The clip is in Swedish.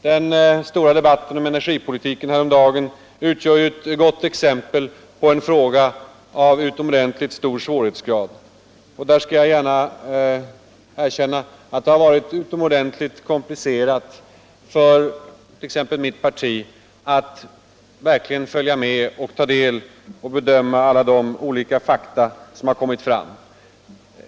Den stora debatten om energipolitiken häromdagen utgör ju ett gott exempel på behandlingen av en fråga av utomordentligt hög svårighetsgrad, och där skall jag gärna erkänna att det har varit utomordentligt komplicerat för t.ex. mitt parti att verkligen följa med, att ta del av och bedöma alla de olika fakta som har kommit fram.